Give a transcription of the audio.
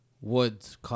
Woods